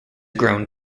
grown